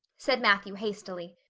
said matthew hastily.